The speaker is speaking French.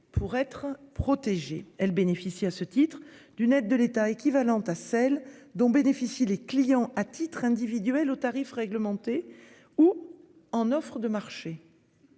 pour être protégée, elle bénéficie à ce titre d'une aide de l'État équivalente à celle dont bénéficient les clients à titre individuel au tarif réglementé ou en offre de marché.